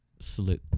slit